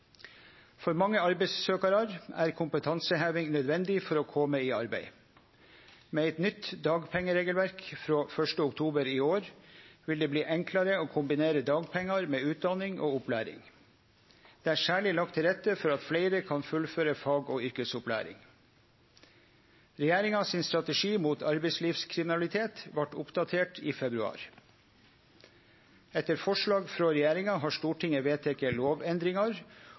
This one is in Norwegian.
For mange arbeidssøkjarar er kompetanseheving nødvendig for å kome i arbeid. Med eit nytt dagpengeregelverk frå 1. oktober i år vil det bli enklare å kombinere dagpengar med utdanning og opplæring. Det er særleg lagt til rette for at fleire kan fullføre fag- og yrkesopplæring. Regjeringa sin strategi mot arbeidslivskriminalitet vart oppdatert i februar. Etter forslag frå regjeringa har Stortinget vedteke lovendringar